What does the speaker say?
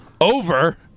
over